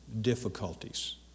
difficulties